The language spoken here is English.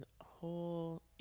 whole